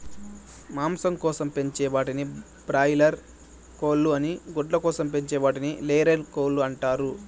మాంసం కోసం పెంచే వాటిని బాయిలార్ కోళ్ళు అని గుడ్ల కోసం పెంచే వాటిని లేయర్ కోళ్ళు అంటారు